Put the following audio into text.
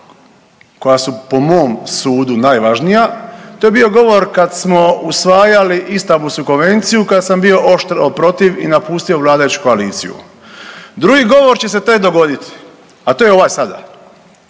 koja su po mom sudu najvažnija to je bio govor kad smo usvajali Istanbulsku konvenciju kad sam bio oštro protiv i napustio vladajuću koaliciju. Drugi govor će se tek dogoditi, a to je ovaj sada.